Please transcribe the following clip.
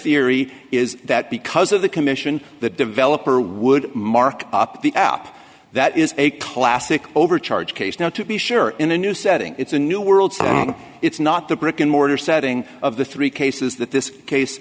theory is that because of the commission the developer would mark up the app that is a classic overcharge case now to be sure in a new setting it's a new world stage it's not the brick and mortar setting of the three cases that this case